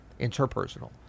interpersonal